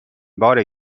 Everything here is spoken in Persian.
باره